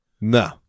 No